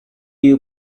you